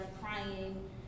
crying